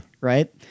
right